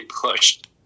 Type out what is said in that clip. pushed